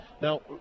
Now